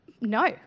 No